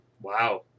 wow